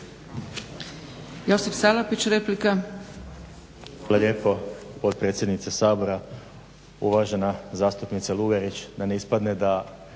Josip Salapić, replika.